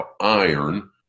iron